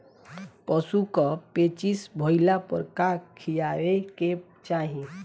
पशु क पेचिश भईला पर का खियावे के चाहीं?